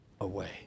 away